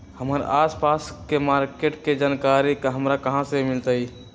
हमर आसपास के मार्किट के जानकारी हमरा कहाँ से मिताई?